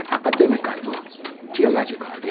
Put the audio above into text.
academical, but theological.